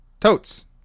totes